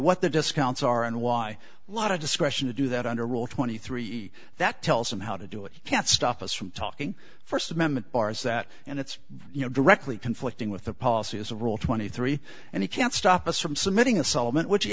what the discounts are and why a lot of discretion to do that under rule twenty three that tells them how to do it you can't stop us from talking st amendment bars that and it's you know directly conflicting with the policy as a rule twenty three and he can't stop us from submitting a solomon which